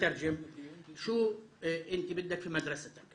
באוניברסיטה בג'נין שלא הייתה מוכרת והיה דיון בוינגייט.